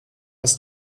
was